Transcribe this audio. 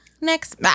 Next